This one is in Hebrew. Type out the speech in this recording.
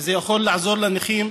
וזה יכול לעזור לנכים,